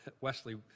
Wesley